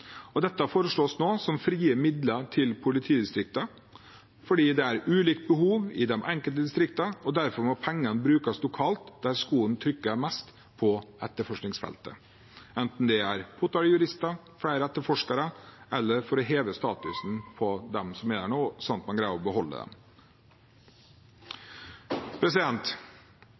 Dette foreslås nå som frie midler til politidistriktene, fordi det er ulikt behov i de ulike distriktene. Derfor må pengene brukes lokalt, der skoen trykker mest på etterforskningsfeltet, enten det er påtalejurister, flere etterforskere eller for å heve statusen på dem som er der nå, slik at man greier å beholde dem.